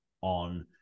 on